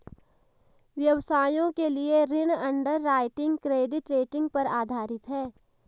व्यवसायों के लिए ऋण अंडरराइटिंग क्रेडिट रेटिंग पर आधारित है